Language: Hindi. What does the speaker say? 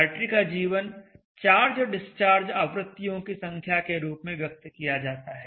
बैटरी का जीवन चार्ज डिस्चार्ज आवृत्तियों की संख्या के रूप में व्यक्त किया जाता है